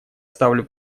ставлю